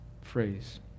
phrase